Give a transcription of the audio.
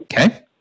Okay